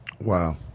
Wow